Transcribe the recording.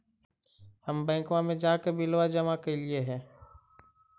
हम बैंकवा मे जाके बिलवा जमा कैलिऐ हे?